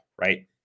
right